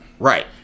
Right